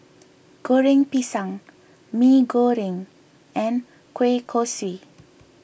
Goreng Pisang Mee Goreng and Kueh Kosui